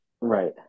Right